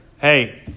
Hey